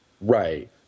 Right